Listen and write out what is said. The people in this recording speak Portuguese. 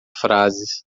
frases